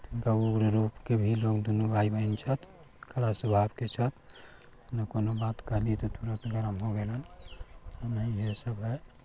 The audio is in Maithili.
हुनका उग्र रूप के भी लोग दुनू भाइ बहिन छथि कड़ा स्वाभाव के छथि जेना कोनो बात कहली तऽ तुरत गरम हो गेलन है न इहे सब हय